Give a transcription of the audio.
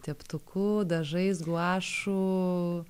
teptuku dažais guašu